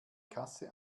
kasse